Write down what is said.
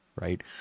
right